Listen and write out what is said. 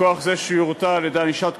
מכוח זה שיורתע על-ידי ענישת קודמו,